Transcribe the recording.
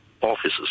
offices